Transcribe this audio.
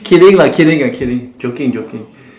kidding lah kidding I kidding joking joking